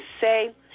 say